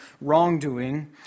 wrongdoing